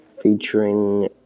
featuring